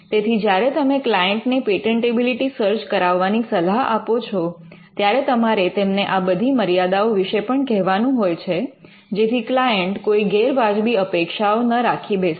તેથી જ્યારે તમે ક્લાયન્ટને પેટન્ટેબિલિટી સર્ચ કરાવવાની સલાહ આપો છો ત્યારે તમારે તેમને આ બધી મર્યાદાઓ વિષે પણ કહેવાનું હોય છે જેથી ક્લાયન્ટ કોઈ ગેરવાજબી અપેક્ષાઓ ન રાખી બેસે